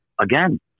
again